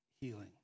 healing